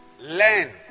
learn